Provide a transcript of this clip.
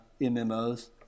MMOs